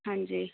ਹਾਂਜੀ